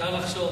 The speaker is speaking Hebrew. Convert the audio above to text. אפשר לחשוב.